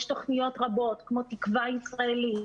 יש תוכניות רבות כמו "תקווה ישראלית",